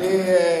ועוד איך.